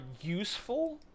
useful